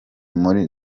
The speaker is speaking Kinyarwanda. muri